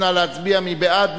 נא להצביע, מי בעד?